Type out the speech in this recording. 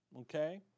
okay